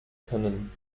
können